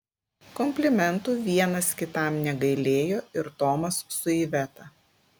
komplimentų vienas kitam negailėjo ir tomas su iveta